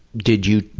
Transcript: did you